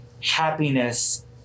happiness